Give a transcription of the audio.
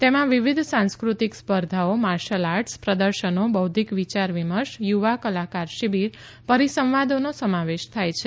તેમાં વિવિધ સાંસ્કૃતિક સ્પર્ધાઓ માર્શલ આર્ટસ પ્રદર્શનો બૌધ્યિક વિયાર વિમર્શ યુવા કલાકાર શિબીર પરીસંવાદોનો સમાવેશ થાય છે